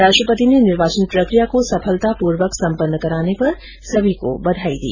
राष्ट्रपति ने निर्वाचन प्रक्रिया को सफलतापूर्वक सम्पन्न कराने पर सभी को बधाई दी